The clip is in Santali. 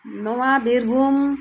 ᱱᱚᱣᱟ ᱵᱤᱨᱵᱷᱩᱢ